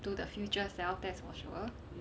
to the future self that's for sure